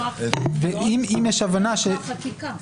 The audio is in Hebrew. גם את החקיקה וגם את ההגנה זה היה דוחה?